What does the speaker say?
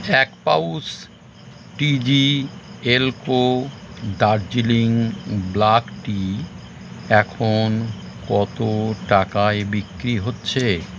এক pouch TGL co Darjeeling black tea এখন কত টাকায় বিক্রি হচ্ছে